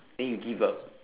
then you give up